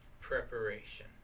preparation